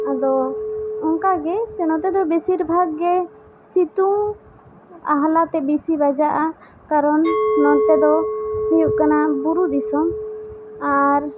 ᱟᱫᱚ ᱚᱱᱠᱟ ᱜᱮ ᱱᱚᱛᱮ ᱫᱚ ᱵᱤᱥᱤᱨ ᱵᱷᱟᱜᱽ ᱜᱮ ᱥᱤᱛᱩᱝ ᱟᱦᱞᱟ ᱛᱮ ᱵᱮᱥᱤ ᱵᱟᱡᱟᱜᱼᱟ ᱠᱟᱨᱚᱱ ᱱᱚᱱᱛᱮ ᱫᱚ ᱦᱩᱭᱩᱜ ᱠᱟᱱᱟ ᱵᱩᱨᱩ ᱫᱤᱥᱚᱢ ᱟᱨ